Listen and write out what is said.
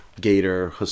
Gator